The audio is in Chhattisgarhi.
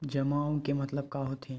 जमा आऊ के मतलब का होथे?